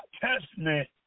Testament